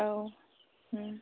औ